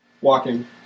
Walking